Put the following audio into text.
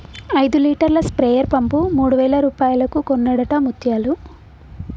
ఐదు లీటర్ల sprayer pump మూడు వేల రూపాయలకు కొన్నడట ముత్యాలు